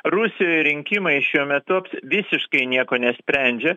rusijoj rinkimai šiuo metu visiškai nieko nesprendžia